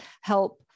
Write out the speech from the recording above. help